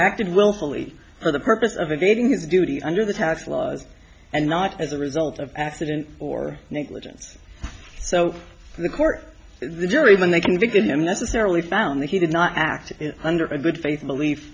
acted willfully for the purpose of the gating his duty under the tax laws and not as a result of accident or negligence so the court the jury when they convicted him necessarily found that he did not act under a good faith belief